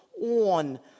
on